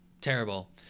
terrible